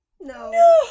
No